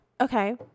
okay